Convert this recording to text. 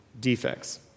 defects